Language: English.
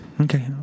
Okay